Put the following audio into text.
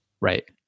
Right